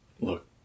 Look